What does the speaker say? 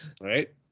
Right